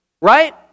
right